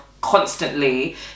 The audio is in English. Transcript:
constantly